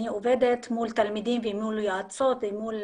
אני עובדת מול תלמידים ומול יועצות ומול